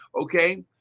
Okay